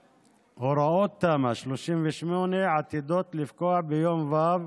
הוראות תמ"א 38 עתידות לפקוע ביום ו',